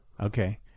Okay